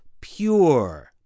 pure